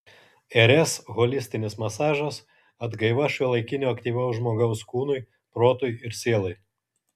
rs holistinis masažas atgaiva šiuolaikinio aktyvaus žmogaus kūnui protui ir sielai